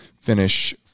finish